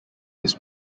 this